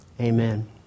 Amen